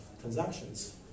transactions